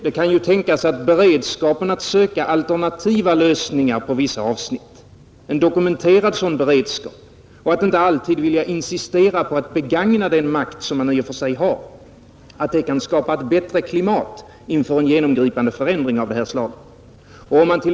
Det kan ju tänkas att en dokumenterad beredskap att söka alternativa lösningar på vissa avsnitt, i stället för att alltid insistera på att begagna den makt som man i och för sig har, kan skapa ett bättre klimat inför en genomgripande förändring av det här slaget.